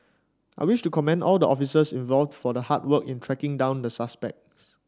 I wish to commend all the officers involved for the hard work in tracking down the suspects